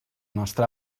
nostre